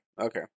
okay